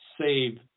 save